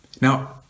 Now